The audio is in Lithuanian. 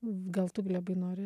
gal tu glebai nori